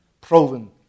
proven